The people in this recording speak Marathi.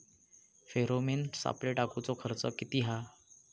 फेरोमेन सापळे टाकूचो खर्च किती हा?